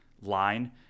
line